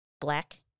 Black